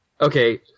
Okay